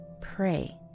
pray